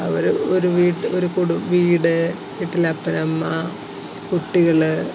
അവര് ഒരു വീട്ട് ഒരു കുടു വീട് വീട്ടിൽ അപ്പനമ്മ കുട്ടികള്